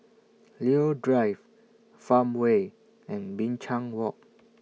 Leo Drive Farmway and Binchang Walk